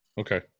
Okay